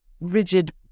rigid